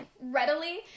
readily